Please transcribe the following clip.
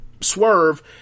Swerve